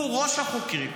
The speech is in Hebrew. הוא ראש החוקרים,